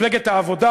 מפלגת העבודה